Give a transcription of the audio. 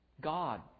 God